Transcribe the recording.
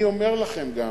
אני אומר לכם גם,